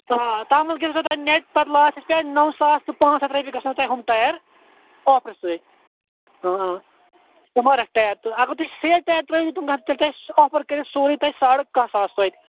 آ تتھ مَنٛز گَژھوٕ تۄہہِ نیٚٹ پَتہٕ لاسٹَس نو ساس تہٕ پانٛژ ہتھ رۄپیہِ گَژھنو تۄہہِ یِم ٹایَر آفرٕ سۭتۍ آ ایٚم آر ایٚف ٹایَر اگر تُہۍ سِیٹ ٹایَر ترٛٲوِو تِم گَژھنو تۄہہِ سُہ آفر کٔرِتھ سورُے تۄہہِ ساڑٕ کاہ ساس